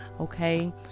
okay